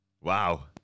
Wow